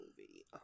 movie